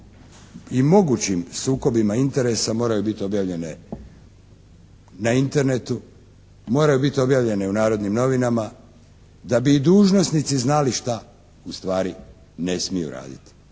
i mogućim sukobima interesa moraju biti objavljene na Internetu, moraju biti objavljene u "Narodnim novinama" da bi i dužnosnici znali što u stvari ne smiju raditi.